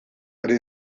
ari